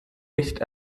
nicht